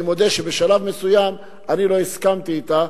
אני מודה שבשלב מסוים אני לא הסכמתי אתה,